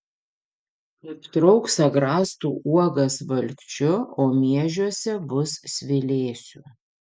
aptrauks agrastų uogas valkčiu o miežiuose bus svilėsių